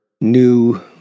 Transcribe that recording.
new